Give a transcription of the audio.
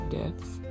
deaths